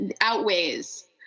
outweighs